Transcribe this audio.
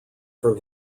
from